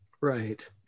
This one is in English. Right